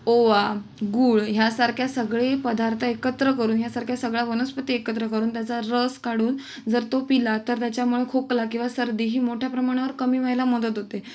ओवा गूळ ह्यासारख्या सगळे पदार्थ एकत्र करून ह्यासारख्या सगळ्या वनस्पती एकत्र करून त्याचा रस काढून जर तो पिला तर त्याच्यामुळे खोकला किंवा सर्दी ही मोठ्या प्रमाणावर कमी व्हायला मदत होते